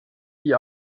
die